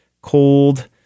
cold